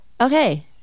Okay